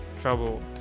trouble